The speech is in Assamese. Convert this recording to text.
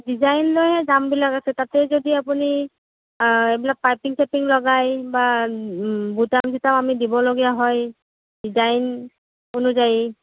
ডিজাইন লৈ দামবিলাক আছে তাতে যদি আপুনি এইবিলাক পাৰ্পিন চাৰ্পিন লগাই বা বুটাম চুটাম আমি দিবলগীয়া হয় ডিজাইন অনুযায়ী